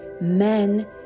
men